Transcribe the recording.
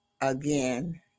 again